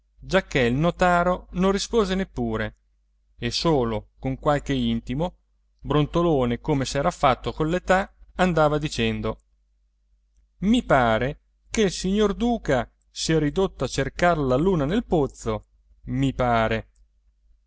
paese giacché il notaro non rispose neppure e solo con qualche intimo brontolone come s'era fatto coll'età andava dicendo i pare che il signor duca sia ridotto a cercare la luna nel pozzo mi pare